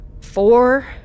Four